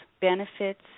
benefits